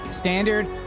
Standard